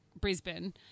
Brisbane